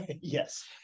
Yes